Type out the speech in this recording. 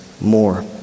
more